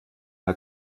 mal